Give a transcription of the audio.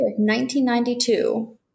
1992